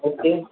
okay